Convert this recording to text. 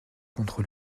contre